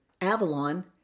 Avalon